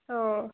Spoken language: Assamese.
অঁ